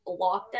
lockdown